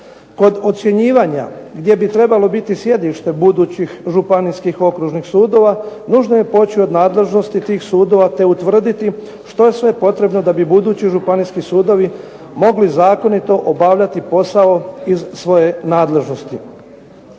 Kod ocjenjivanja gdje bi trebalo biti sjedište budućih županijskih okružnih sudova nužno je poći od nadležnosti tih sudova te utvrditi što je sve potrebno da bi budući županijski sudovi mogli zakonito obavljati posao iz svoje nadležnosti.